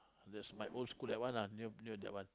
yes my old school that one ah near near that one